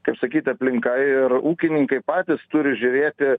kaip sakyt aplinka ir ūkininkai patys turi žiūrėti